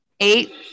Eight